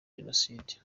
jenoside